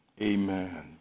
Amen